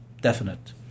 definite